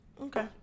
Okay